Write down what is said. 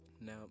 Now